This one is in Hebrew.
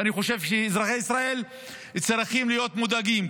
ואני חושב שאזרחי ישראל צריכים להיות מודאגים.